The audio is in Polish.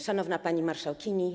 Szanowna Pani Marszałkini!